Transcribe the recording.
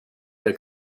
der